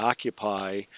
occupy